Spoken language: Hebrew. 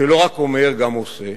שלא רק אומר, גם עושה,